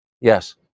Yes